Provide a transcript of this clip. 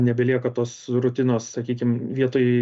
nebelieka tos rutinos sakykim vietoj